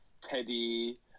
Teddy